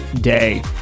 day